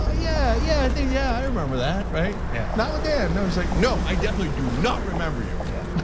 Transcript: ah yeah, yeah, i think yeah, i remember that, right? yeah. not what dan knows like, no, i definitely do not remember you. yeah.